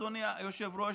אדוני היושב-ראש,